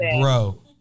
bro